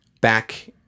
back